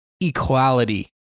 equality